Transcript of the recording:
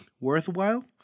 worthwhile